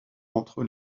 entre